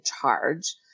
charge